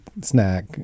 snack